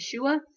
Yeshua